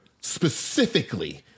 specifically